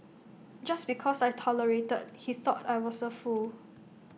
just because I tolerated he thought I was A fool